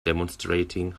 demonstrating